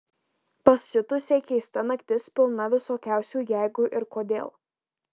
pasiutusiai keista naktis pilna visokiausių jeigu ir kodėl